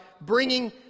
bringing